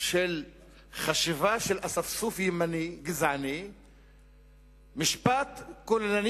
של חשיבה של אספסוף ימני גזעני משפט כוללני